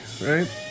right